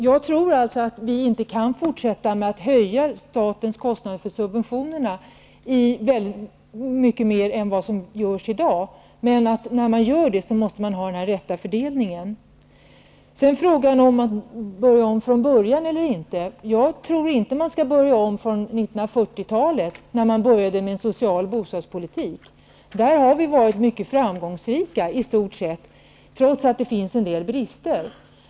Jag tror inte att vi kan fortsätta att höja statens kostnader för subventioner mycket mer än vad som görs i dag. Men när detta görs måste det ske en riktig fördelning. Sedan till frågan om att börja om från början eller inte. Jag tror inte att man skall börja om från 1940 talet, när man började med en social bostadspolitik. Där har vi i stort sett varit mycket framgångsrika trots att det finns en del brister.